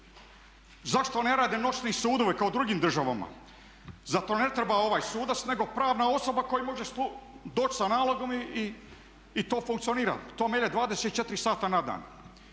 Zašto ne rade noćni sudovi kao u drugim državama? Za to ne treba ovaj sudac, nego pravna osoba koja može doći sa nalogom i to funkcionira, to melje 24 sata na dan.